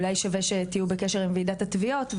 אולי כדאי שתהיו בקשר עם וועידת התביעות,